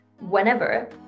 whenever